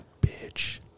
bitch